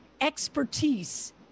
expertise